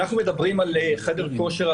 אנחנו מדברים על חדר כושר,